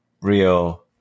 real